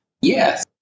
Yes